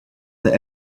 that